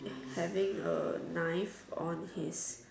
having a knife on his